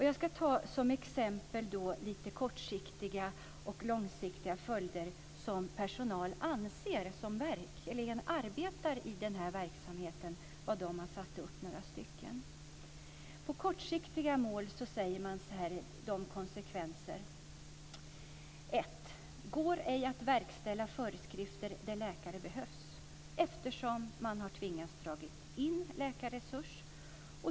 Jag ska som exempel nämna några kortsiktiga och långsiktiga följder som personal som verkligen arbetar i den här verksamheten har tagit upp. När det gäller kortsiktiga konsekvenser säger man att det ej går att verkställa föreskrifter där läkare behövs, eftersom man har tvingats dra in läkarresurser.